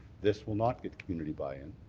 this will not get community buy-in,